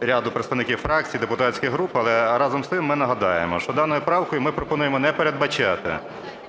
ряду представників фракцій і депутатських груп. Але разом з тим ми нагадаємо, що даною правкою ми пропонуємо не передбачати